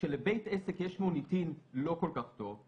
כשלבית עסק יש מוניטין לא כל כך טוב,